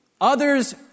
others